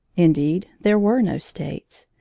indeed, there were no states.